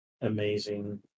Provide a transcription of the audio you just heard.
amazing